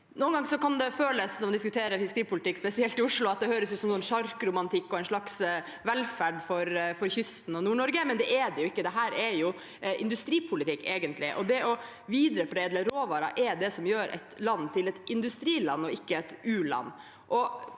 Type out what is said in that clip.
Noen ganger når man diskuterer fiskeripolitikk, spesielt i Oslo, kan det høres ut som sjarkromantikk og en slags velferd for kysten og Nord-Norge, men det er det jo ikke. Dette er egentlig industripolitikk. Det å videreforedle råvarene er det som gjør et land til et industriland og ikke et u-land.